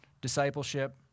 discipleship